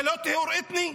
זה לא טיהור אתני?